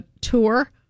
tour